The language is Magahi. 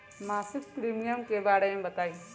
मासिक प्रीमियम के बारे मे बताई?